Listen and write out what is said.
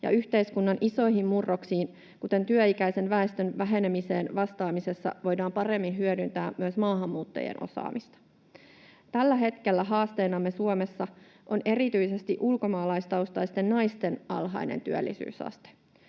yhteiskunnan isoihin murroksiin, kuten työikäisen väestön vähenemiseen vastaamisessa, voidaan paremmin hyödyntää myös maahanmuuttajien osaamista. Tällä hetkellä haasteenamme Suomessa on erityisesti ulkomaalaistaustaisten naisten alhainen työllisyysaste.